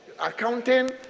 accounting